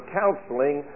counseling